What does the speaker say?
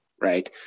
right